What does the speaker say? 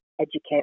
educate